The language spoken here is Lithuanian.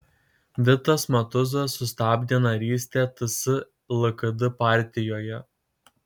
vitas matuzas sustabdė narystę ts lkd partijoje